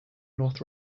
north